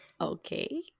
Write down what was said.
Okay